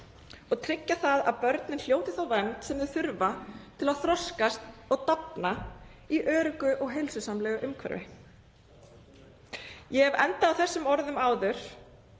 og tryggja að börn hljóti þá vernd sem þau þurfa til að þroskast og dafna í öruggu og heilsusamlegu umhverfi. Ég hef endað á þeim orðum áður